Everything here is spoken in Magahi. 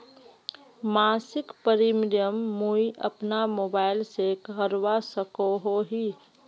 मासिक प्रीमियम मुई अपना मोबाईल से करवा सकोहो ही?